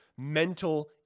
mental